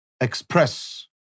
express